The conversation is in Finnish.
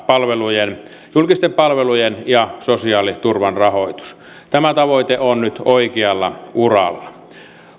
julkisten palvelujen ja sosiaaliturvan rahoitus tämä tavoite on nyt oikealla uralla